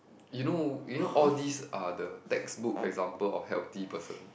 you know you know all these are the textbook example of healthy person